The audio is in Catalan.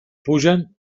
pugen